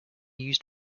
used